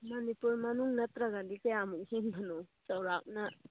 ꯃꯅꯤꯄꯨꯔ ꯃꯅꯨꯡ ꯅꯠꯇ꯭ꯔꯒꯗꯤ ꯀꯌꯥꯃꯨꯛ ꯍꯦꯟꯕꯅꯣ ꯆꯥꯎꯔꯥꯛꯅ